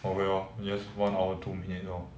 okay lor just one hour two minute lor